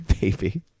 baby